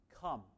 come